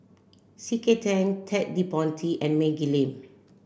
C K Tang Ted De Ponti and Maggie Lim